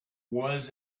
was